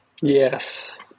Yes